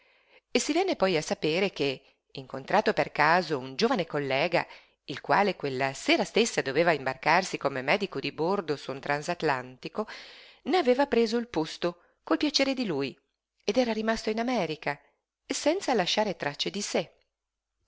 scomparve si venne poi a sapere che incontrato per caso un giovane collega il quale quella sera stessa doveva imbarcarsi come medico di bordo su un transatlantico ne aveva preso il posto col piacere di lui ed era rimasto in america senza lasciar tracce di sé